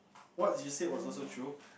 what you said was also true